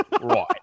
right